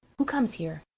who comes here?